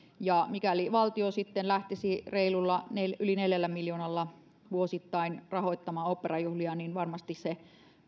mikäli valtio sitten lähtisi reilulla yli neljällä miljoonalla vuosittain rahoittamaan oopperajuhlia niin varmasti se